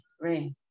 right